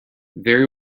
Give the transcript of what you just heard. very